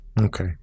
Okay